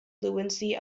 fluency